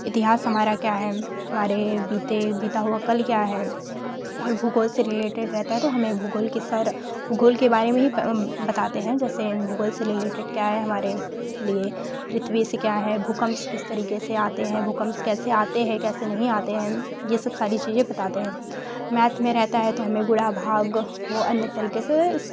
इतिहास हमारा क्या है हमारे बीते बीता हुआ कल क्या है और भूगोल से रिलेटेड रहता है तो हमें भूगोल के सर भूगोल के बारे में ही प बताते हैं जैसे भूगोल से रिलेटेड क्या है हमारे लिए पृथ्वी से क्या है भूकंप किस तरीक़े से आते हैं भूकंप कैसे आते हैं कैसे नहीं आते हैं ये सब सारी चीज़ें बताते हैं मैथ में रहता है तो हमें गुणा भाग वो अन्य तरीक़े से